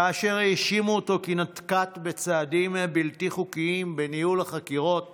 כאשר האשימו אותו כי נקט צעדים בלתי חוקיים בניהול החקירות